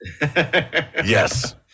Yes